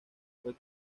fue